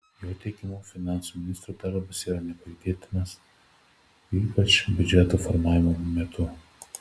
jo teigimu finansų ministro darbas yra nepavydėtinas ypač biudžeto formavimo metu